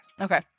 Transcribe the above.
okay